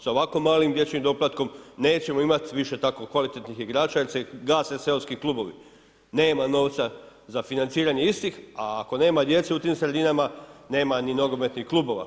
Sa ovako malim dječjim doplatkom nećemo imati više tako kvalitetnih igrača jer se gase seoski klubovi, nema novca za financiranje istih a ako nema i djece u tim sredinama, nema ni nogometnih klubova.